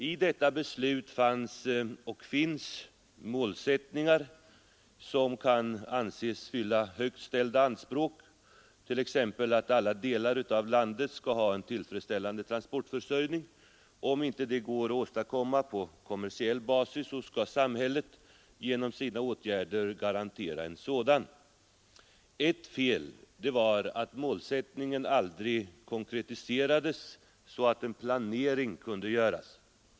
I detta beslut fanns och finns målsättningar som kan anses fylla högt ställda anspråk, t.ex. att alla delar av landet skall ha en tillfredsställande transportförsörjning. Om inte det går att åstadkomma på kommersiell basis skall samhället genom sina åtgärder garantera en sådan. Ett fel var att målsättningen aldrig konkretiserades så att en planering kunde göras.